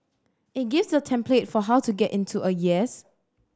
it gives a template for how to get into a yes